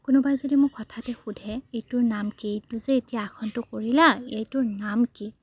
কোনোবাই যদি মোক হঠাতে সোধে এইটোৰ নাম কি এইটো যে এতিয়া আসনটো কৰিলা এইটোৰ নাম কি